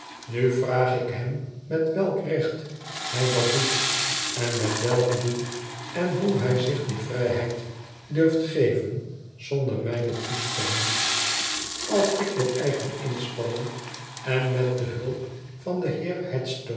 nu vraag ik he m met welk recht hij dat doet en met welk doel en hoe hij zich die vrijheid durft geven zonder mijne toestemming als ik door eigen inspanningen met de hulp van den